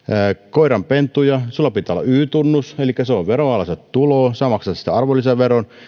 koiranpentuja sinulla pitää olla y tunnus elikkä se on veronalaista tuloa sinä maksat siitä arvonlisäveron